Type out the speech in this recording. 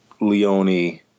Leone